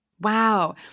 Wow